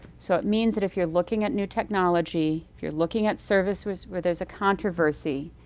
so it means that if you're looking at new technology, if you're looking at services where there's a controversy,